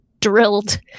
Drilled